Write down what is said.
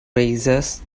razors